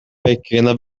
pequena